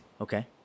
Okay